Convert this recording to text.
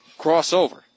crossover